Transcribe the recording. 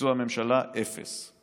ביצוע הממשלה: אפס,